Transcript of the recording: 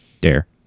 Dare